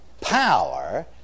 power